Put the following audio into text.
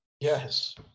Yes